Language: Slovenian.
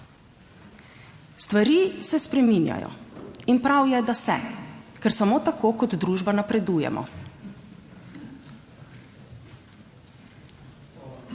Stvari se spreminjajo in prav je, da se, ker samo tako kot družba napredujemo.